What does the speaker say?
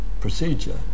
procedure